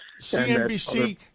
CNBC